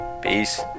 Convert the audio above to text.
Peace